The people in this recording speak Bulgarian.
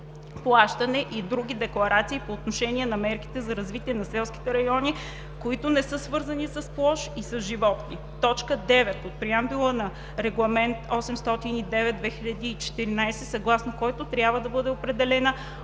плащане и други декларации по отношение на мерките за развитие на селските райони, които не са свързани с площ и с животни; - т. 9 от преамбюла на Регламент № 809/2014, съгласно който трябва да бъде определена